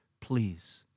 please